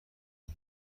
کنم